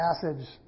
passage